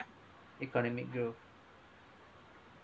economic growth